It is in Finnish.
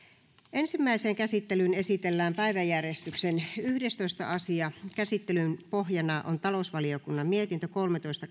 ensimmäiseen käsittelyyn esitellään päiväjärjestyksen yhdestoista asia käsittelyn pohjana on talousvaliokunnan mietintö kolmetoista